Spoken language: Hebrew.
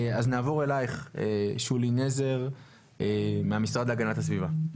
נעבור אליך שולי נזר, מהמשרד להגנת הסביבה.